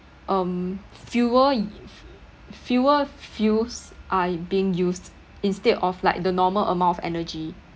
um fewer y~ fewer fuels are being used instead of like the normal amount of energy